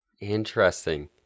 Interesting